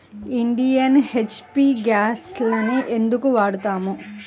Indian, HP గ్యాస్లనే ఎందుకు వాడతాము?